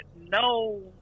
no